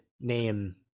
name